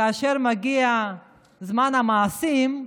כאשר מגיע זמן המעשים,